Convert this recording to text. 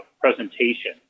presentation